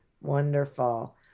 Wonderful